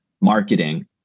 marketing